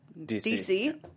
DC